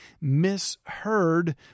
misheard